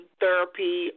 therapy